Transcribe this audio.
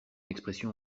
expression